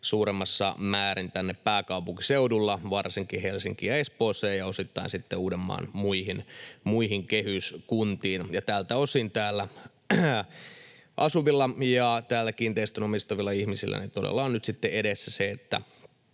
suuremmassa määrin tänne pääkaupunkiseudulle, varsinkin Helsinkiin ja Espooseen ja osittain sitten Uudenmaan muihin kehyskuntiin, ja tältä osin täällä asuvilla ja täällä kiinteistön omistavilla ihmisillä todella on nyt sitten edessä se,